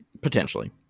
Potentially